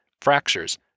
fractures